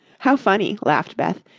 how funny! laughed beth.